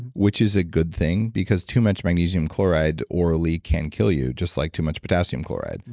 which is a good thing because too much magnesium chloride orally can kill you, just like too much potassium chloride.